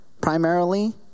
primarily—